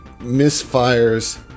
misfires